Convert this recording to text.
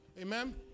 Amen